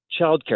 childcare